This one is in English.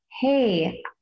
hey